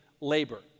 labor